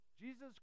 Jesus